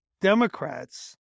Democrats